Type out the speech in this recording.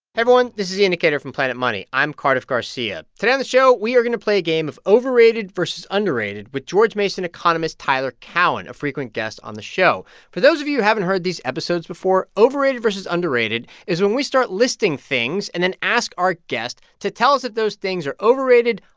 everyone. this is the indicator from planet money. i'm cardiff garcia. today on the show, we are going to play a game of overrated versus underrated with george mason economist tyler cowen, a frequent guest on the show. for those of you who haven't heard these episodes before, overrated versus underrated is when we start listing things and then ask our guest to tell us if those things are overrated,